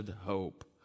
hope